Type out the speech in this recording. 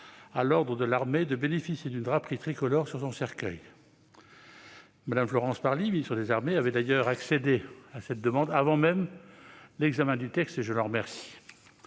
à l'ordre de l'armée de bénéficier d'une draperie tricolore sur son cercueil. Mme Florence Parly, ministre des armées, avait d'ailleurs accédé à cette demande avant même l'examen du texte, et je l'en remercie.